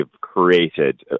created